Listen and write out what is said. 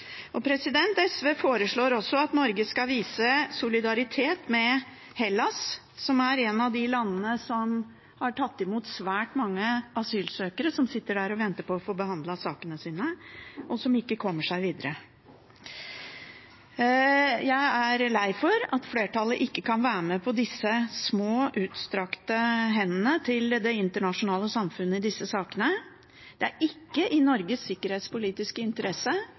SV foreslår også at Norge skal vise solidaritet med Hellas, som er et av de landene som har tatt imot svært mange asylsøkere som sitter der og venter på å få sakene sine behandlet og ikke kommer seg videre. Jeg er lei for at flertallet ikke kan være med på disse små utstrakte hendene til det internasjonale samfunnet i disse sakene. Det er ikke i Norges sikkerhetspolitiske interesse